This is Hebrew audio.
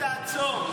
רק תעצור.